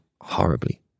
horribly